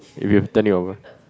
if you turn it over